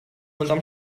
unterm